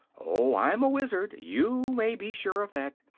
oh, i'm a wizard you may be sure of that.